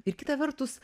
ir kita vertus